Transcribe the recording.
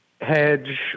hedge